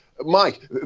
Mike